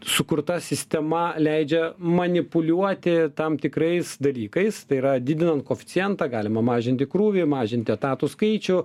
sukurta sistema leidžia manipuliuoti tam tikrais dalykais tai yra didinant koeficientą galima mažinti krūvį mažinti etatų skaičių